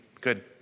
Good